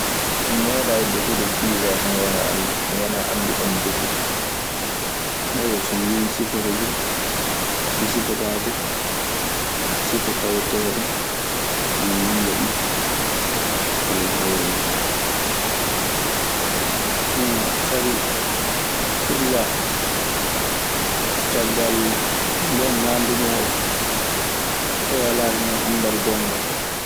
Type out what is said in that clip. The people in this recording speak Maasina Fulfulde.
Mi meeɗaayi defude piisa so ngoonga Alla. Mi wanaa annduɗo no defirtee. so mi wii mi sifoto duu, mi sifotaako sifa taweteeɗo ana nannga ɗun walla hawra hen. Sabi pidsaa caggal mo mbowmi ñaande ɗun oo mi walaa hen anndal gonngal.